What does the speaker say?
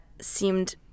seemed